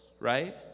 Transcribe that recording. right